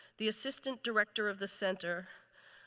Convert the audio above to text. the assistant director of the center,